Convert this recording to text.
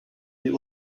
sie